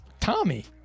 Tommy